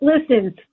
Listen